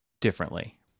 differently